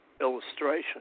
illustration